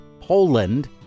Poland